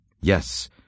Yes